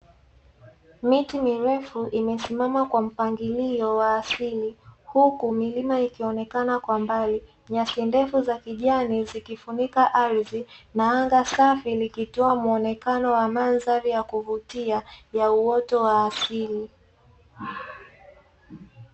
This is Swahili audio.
Miti mirefu imesimama kwa mpangilio wa asili, huku milima ikionekana kwa mbali, nyasi ndefu za kijani zikifunika ardhi, na anga safi likitoa muonekano wa mandhari ya kuvutia, ya uoto wa asili.